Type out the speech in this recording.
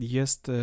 jest